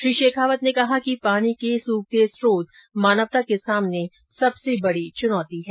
श्री शेखावत ने कहा कि पानी के सूखते स्रोत मानवता के सामने सबसे बड़ी चुनौती है